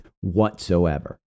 whatsoever